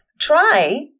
try